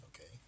Okay